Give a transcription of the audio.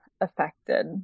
affected